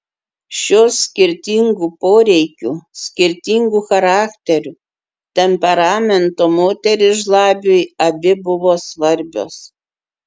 šios skirtingų poreikių skirtingų charakterių temperamento moterys žlabiui abi buvo svarbios